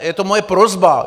Je to moje prosba.